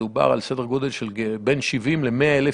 מדובר בסדר גודל של בין 70,000 ל-100,000